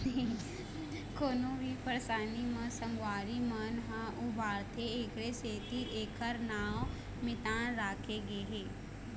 कोनो भी परसानी म संगवारी मन ह उबारथे एखरे सेती एखर नांव मितान राखे गे हे